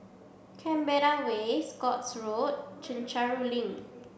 Canberra Way Scotts Road Chencharu Link